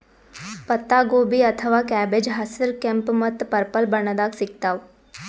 ಪತ್ತಾಗೋಬಿ ಅಥವಾ ಕ್ಯಾಬೆಜ್ ಹಸ್ರ್, ಕೆಂಪ್ ಮತ್ತ್ ಪರ್ಪಲ್ ಬಣ್ಣದಾಗ್ ಸಿಗ್ತಾವ್